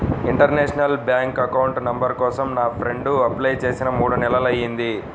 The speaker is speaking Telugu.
ఇంటర్నేషనల్ బ్యాంక్ అకౌంట్ నంబర్ కోసం నా ఫ్రెండు అప్లై చేసి మూడు నెలలయ్యింది